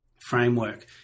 Framework